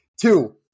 Two